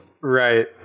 Right